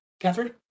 Catherine